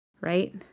right